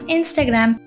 Instagram